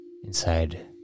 inside